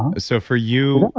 and so for you,